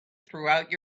throughout